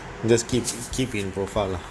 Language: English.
you just keeps keep in profile